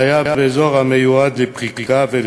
לנכים (תיקון מס' 6) (חניה באזור המיועד לפריקה ולטעינה),